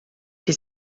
che